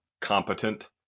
competent